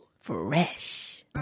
Fresh